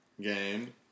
game